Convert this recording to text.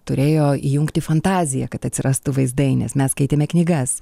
turėjo įjungti fantaziją kad atsirastų vaizdai nes mes skaitėme knygas